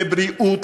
בבריאות,